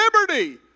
liberty